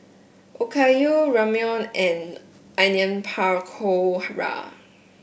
Okayu Ramyeon and Onion Pakora